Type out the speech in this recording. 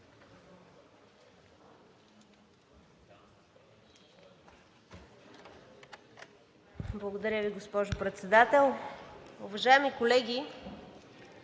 Благодаря Ви, госпожо Председател. Уважаеми колеги,